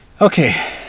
Okay